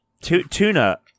Tuna